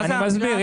אני מסביר.